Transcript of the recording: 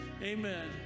Amen